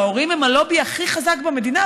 שההורים הם הלובי הכי חזק במדינה,